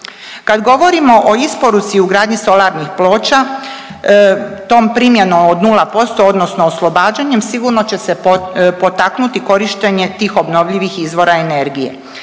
Kad govorimo o isporuci i ugradnji solarnih ploča, tom primjenom od 0% odnosno oslobađanje, sigurno će se potaknuti korištenje tih obnovljivih izvora energije.